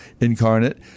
incarnate